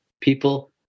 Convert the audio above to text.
people